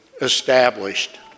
established